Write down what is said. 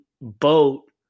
boat